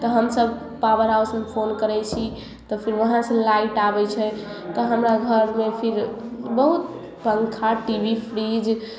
तऽ हमसब पावर हाउसमे फोन करै छी तब फिर वहाँ से लाइट आबै छै तऽ हमरा घरमे फिर बहुत पंखा टी वी फ्रीज